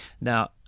Now